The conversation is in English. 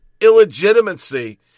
illegitimacy